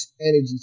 energy